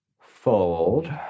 Fold